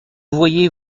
voyez